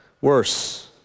worse